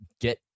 get